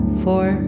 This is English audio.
four